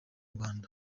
rwanda